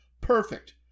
Perfect